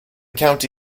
county